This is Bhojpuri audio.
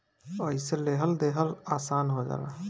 अइसे लेहल देहल आसन हो जाला